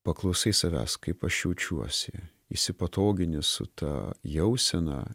paklausai savęs kaip aš jaučiuosi įsipatogini su ta jausena